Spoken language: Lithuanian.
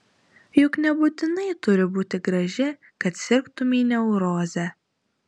juk nebūtinai turi būti graži kad sirgtumei neuroze